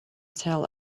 tell